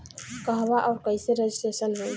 कहवा और कईसे रजिटेशन होई?